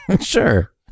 Sure